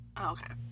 Okay